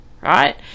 right